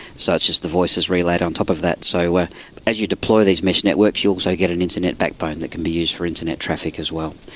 so it's just the voices relayed on top of that. so as you deploy these mesh networks you also get an internet backbone that can be used for internet traffic as well.